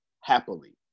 happily